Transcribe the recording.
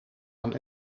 een